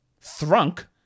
thrunk